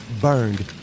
burned